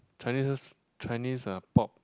Chineses Chinese uh pop